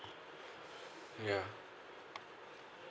yeah